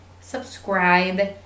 subscribe